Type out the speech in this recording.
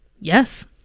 Yes